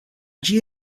ĝia